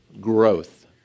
growth